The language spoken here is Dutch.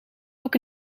ook